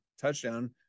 touchdown